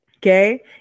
Okay